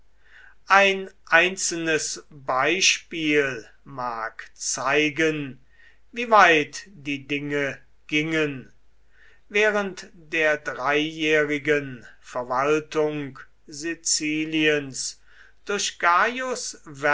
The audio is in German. ein einzelnes beispiel mag zeigen wie weit die dinge gingen während der dreijährigen verwaltung siziliens durch